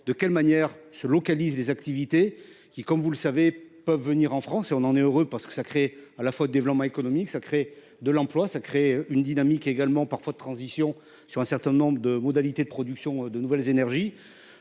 de quelle manière se localise les activités qui, comme vous le savez, peuvent venir en France et on en est heureux parce que ça crée à la fois de développement économique, ça crée de l'emploi, ça crée une dynamique également parfois de transition sur un certain nombre de modalités de production de nouvelles énergies.